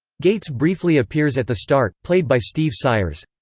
gates briefly appears at the start, played by steve sires.